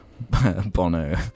Bono